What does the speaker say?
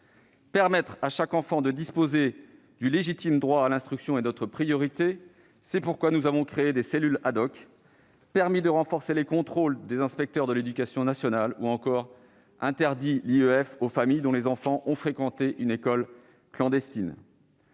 Permettre à chaque enfant de disposer du légitime droit à l'instruction est notre priorité : c'est pourquoi nous avons créé des cellules, permis de renforcer les contrôles des inspecteurs de l'éducation nationale, ou encore interdit l'IEF aux familles dont les enfants ont fréquenté une école clandestine.